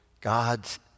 God's